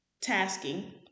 tasking